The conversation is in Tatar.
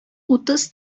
утыз